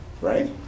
Right